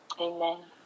Amen